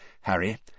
Harry